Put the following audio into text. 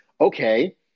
okay